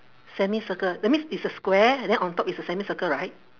semicircle that means it's a square then on top it's a semicircle right